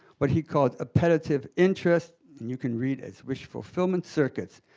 what he called appetitive interest, and you can read as wish-fulfillment, circuits,